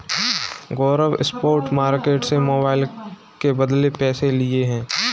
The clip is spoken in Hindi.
गौरव स्पॉट मार्केट से मोबाइल के बदले पैसे लिए हैं